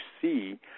see